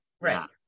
right